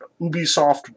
ubisoft